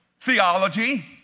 theology